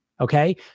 okay